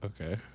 Okay